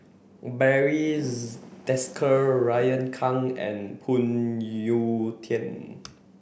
Barry Desker Raymond Kang and Phoon Yew Tien